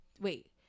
Wait